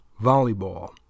Volleyball